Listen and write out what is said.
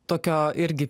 tokio irgi